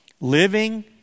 living